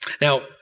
Now